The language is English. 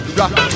rock